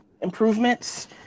improvements